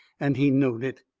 and he knowed it.